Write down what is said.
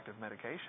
medication